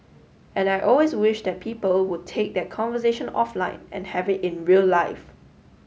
and I always wish that people would take that conversation offline and have it in real life